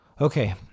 Okay